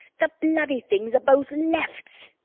the bloody things are both lefts!